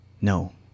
No